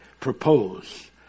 propose